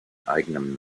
eigenen